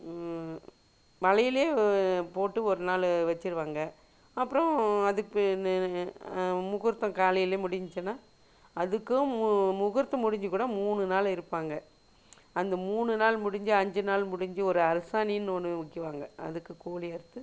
வளையில போட்டு ஒரு நாள் வச்சிருவாங்க அப்புறோம் அதுக்குன்னு முகுர்த்தம் காலையில முடிஞ்சின்னா அதுக்கும் மு முகுர்த்தம் முடிஞ்சு கூட மூணு நாள் இருப்பாங்க அந்த மூணு நாள் முடிஞ்சு அஞ்சு நாள் முடிஞ்சு ஒரு அரசாணின்னு ஒன்று உய்க்குவாங்க அதுக்கு கோழி அறுத்து